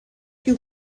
you